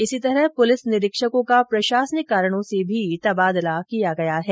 इसी प्रकार पुलिस निरीक्षकों का प्रशासनिक कारणों से भी तबादला किया गया है